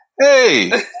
Hey